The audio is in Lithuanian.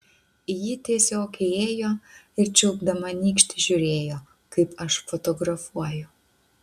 ji tiesiog įėjo ir čiulpdama nykštį žiūrėjo kaip aš fotografuoju